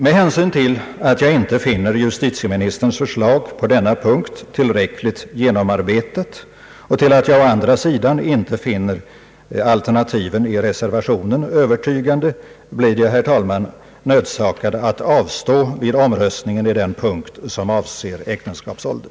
Med hänsyn till att jag inte finner justitieministerns förslag på denna punkt tillräckligt genomarbetat och till att jag å andra sidan inte finner alternativen i reservationerna övertygande blir jag, herr talman, nödsakad att avstå vid omröstningen på den punkt som avser äktenskapsålder.